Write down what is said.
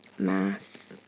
mass